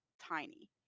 tiny